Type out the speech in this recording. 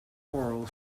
choral